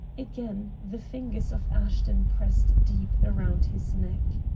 again the fingers of ashton pressed deep around his neck.